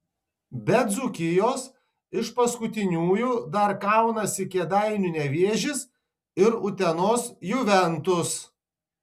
be dzūkijos iš paskutiniųjų dar kaunasi kėdainių nevėžis ir utenos juventus